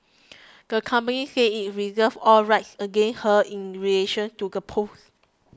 the company said it reserves all rights against her in relation to the post